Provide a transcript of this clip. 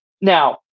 now